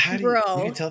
bro